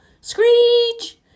Screech